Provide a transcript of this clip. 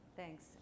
Thanks